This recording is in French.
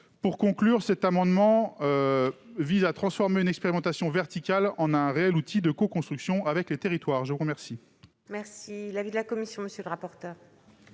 national. Cet amendement vise à transformer une expérimentation verticale en un réel outil de coconstruction avec les territoires. Quel